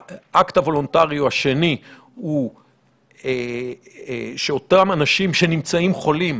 האקט הוולונטרי השני הוא שאותם אנשים שנמצאים חולים,